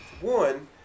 One